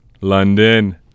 London